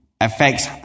affects